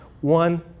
one